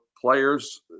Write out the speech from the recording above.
players